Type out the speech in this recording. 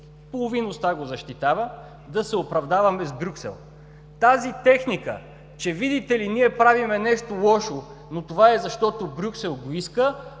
половин уста го защитава, да се оправдаваме с Брюксел. Тази техника – че, видите ли, ние правим нещо лошо, но това е, защото Брюксел го иска,